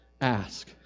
ask